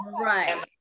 Right